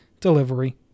delivery